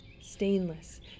stainless